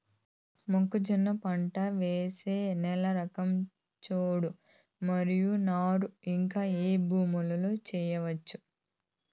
మొక్కజొన్న పంట వేసే నేల రకం చౌడు మరియు నారు ఇంకా ఏ భూముల్లో చేయొచ్చు?